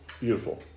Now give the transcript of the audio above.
beautiful